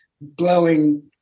blowing